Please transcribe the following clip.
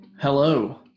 Hello